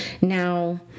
Now